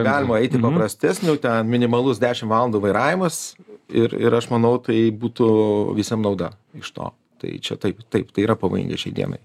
galima eiti prastesnių ten minimalus dešimt valandų vairavimas ir ir aš manau tai būtų visiem nauda iš to tai čia taip taip tai yra pavojinga šiai dienai